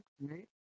right